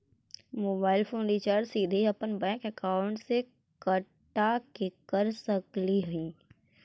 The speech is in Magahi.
मोबाईल फोन रिचार्ज सीधे अपन बैंक अकाउंट से कटा के कर सकली ही?